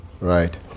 right